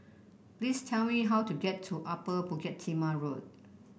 please tell me how to get to Upper Bukit Timah Road